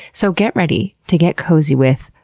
so get ready to get cozy with,